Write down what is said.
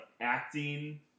acting